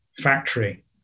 factory